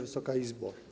Wysoka Izbo!